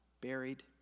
buried